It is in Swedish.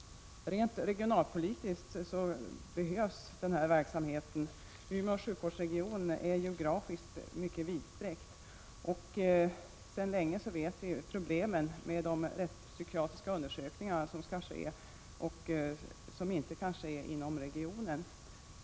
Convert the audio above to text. Även rent regionalpolitiskt behövs den verksamheten. Umeå sjukvårdsregion är geografiskt mycket vidsträckt, och sedan länge har vi känt till problemen med de rättspsykiatriska undersökningarna, som inte kan företas inom regionen.